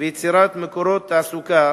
ויצירת מקורות תעסוקה